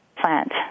plant